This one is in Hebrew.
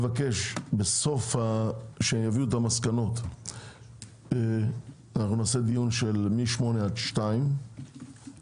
כשיביאו את המסקנות נעשה דיון מ-08:00 עד 14:00